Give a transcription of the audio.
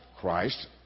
Christ